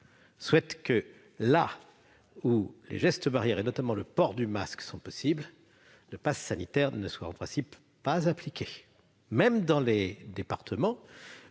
aussi, que là où les gestes barrières, notamment le port du masque, sont possibles, le passe sanitaire ne soit en principe pas en vigueur, même dans les départements